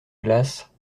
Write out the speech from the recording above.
glace